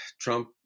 Trump